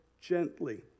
gently